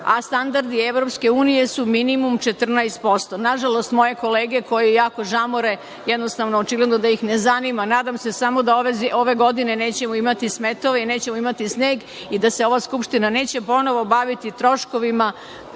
a standardi EU su minimum 14%.Nažalost, moje kolege koje koje jako žamore, jednostavno očigledno da ih ne zanima. Nadam se samo da ove godine nećemo imati smetove i nećemo imati sneg i da se ova Skupština neće ponovo baviti troškovima